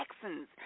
Texans